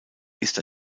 ist